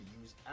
use